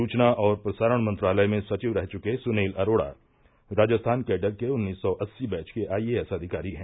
सूचना और प्रसारण मंत्रालय में सचिव रह चुके सुनील अरोड़ा राजस्थान कैडर के उन्नीस सौ अस्सी बैच के आईएएस अधिकारी हैं